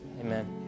amen